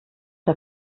der